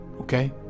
Okay